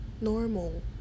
normal